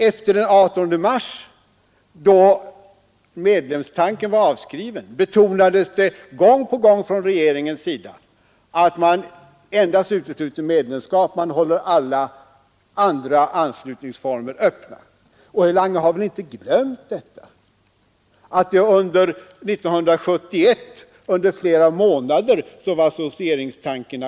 Efter den 18 mars 1971, då medlemstanken var avskriven, betonade regeringen gång på gång att man endast uteslutit medlemskap och att man höll alla andra anslutningsformer öppna. Herr Lange har väl inte glömt att associeringstanken var aktuell under flera månader 1971?"